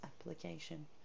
application